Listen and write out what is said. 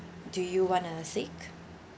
do you want to seek